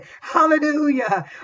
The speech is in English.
Hallelujah